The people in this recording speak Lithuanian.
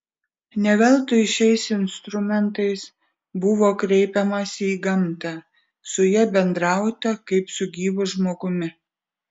ne veltui šiais instrumentais buvo kreipiamasi į gamtą su ja bendrauta kaip su gyvu žmogumi